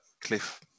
cliff